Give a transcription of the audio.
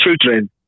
children